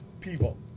people